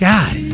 God